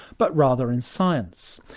but rather in science.